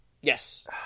yes